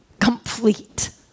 complete